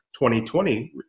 2020